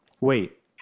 Wait